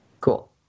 Cool